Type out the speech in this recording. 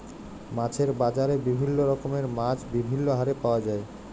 মাছের বাজারে বিভিল্য রকমের মাছ বিভিল্য হারে পাওয়া যায়